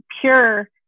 pure